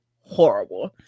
horrible